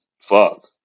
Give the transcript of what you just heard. fuck